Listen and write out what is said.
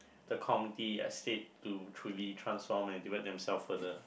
the community at stake to truly transform and divert themselves further